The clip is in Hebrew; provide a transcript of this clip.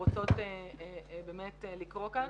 רוצות באמת לקרוא כאן,